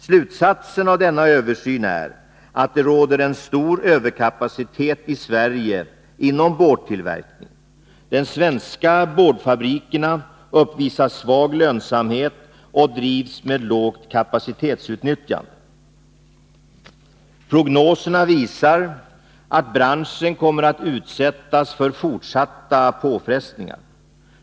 Slutsatsen av denna översyn är att det råder en stor överkapacitet i Sverige inom boardtillverkningen. De svenska boardfabrikerna uppvisar svag lönsamhet och drivs med lågt kapacitetsutnyttjande. Prognoserna visar att branschen kommer att utsättas för fortsatta påfrestningar.